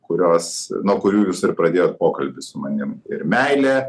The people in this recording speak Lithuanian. kurios nuo kurių jūs ir pradėjot pokalbį su manim ir meilė